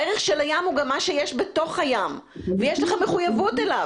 הערך של הים הוא גם מה שיש בתוך הים ויש לך מחויבות אליו.